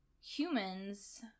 humans